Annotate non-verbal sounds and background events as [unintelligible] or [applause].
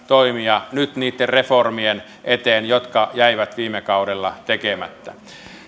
[unintelligible] toimia nyt niitten reformien eteen jotka jäivät viime kaudella tekemättä